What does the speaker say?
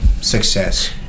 success